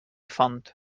font